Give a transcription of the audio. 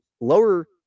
lower